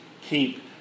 keep